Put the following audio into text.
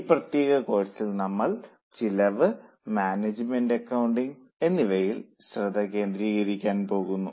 ഈ പ്രത്യേക കോഴ്സിൽ നമ്മൾ ചെലവ് മാനേജ്മെന്റ് അക്കൌണ്ടിംഗിൽ ശ്രദ്ധ കേന്ദ്രീകരിക്കാൻ പോകുന്നു